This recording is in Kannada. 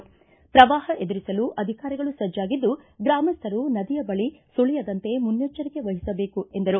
ಪ್ರವಾಹ ಎದುರಿಸಲು ಅಧಿಕಾರಿಗಳು ಸಜ್ಜಾಗಿದ್ದು ಗ್ರಾಮಸ್ಥರು ನದಿಯ ಬಳಿ ಸುಳಿಯದಂತೆ ಮುನ್ನೆಚ್ಚರಿಕೆ ವಹಿಸಬೇಕು ಎಂದರು